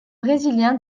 brésilien